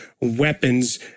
weapons